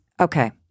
Okay